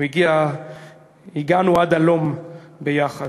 הגענו עד הלום ביחד,